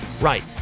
Right